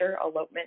elopement